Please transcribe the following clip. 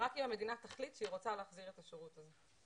רק אם המדינה תחליט שהיא רוצה להחזיר את השירות הזה.